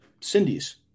Cindy's